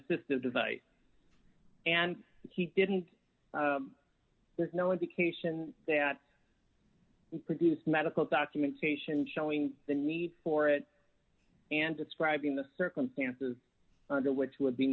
assisted device and he didn't there's no indication that he produced medical documentation showing the need for it and describing the circumstances under which would be